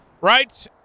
Right